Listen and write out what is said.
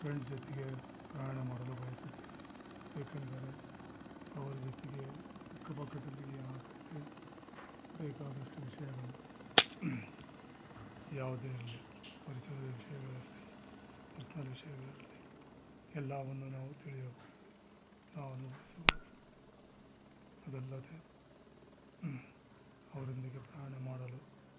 friends ಜೊತೆಗೆ ಪ್ರಯಾಣ ಮಾಡಲು ಬಯಸುತ್ತೇನೆ ಏಕೆಂದರೆ ಅವ್ರ ಜೊತೆಗೆ ಅಕ್ಕಪಕ್ಕದಲ್ಲಿ ಏನಾದರು ಇದೆ ಬೇಕಾದಷ್ಟು ವಿಷಯಗಳು ಯಾವುದೇ ಇರಲಿ ಪರಿಸರದ ವಿಷಯಗಳಿರಲಿ ಪರ್ಸ್ನಲ್ ವಿಷಯಗಳಿರಲಿ ಎಲ್ಲವನ್ನು ನಾವು ತಿಳಿಯಬಹುದು ನಾವು ಅನುಭವಿಸಬಹುದು ಅದಲ್ಲದೆ ಅವರೊಂದಿಗೆ ಪ್ರಯಾಣ ಮಾಡಲು